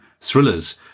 thrillers